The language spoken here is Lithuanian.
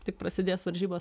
tik prasidės varžybos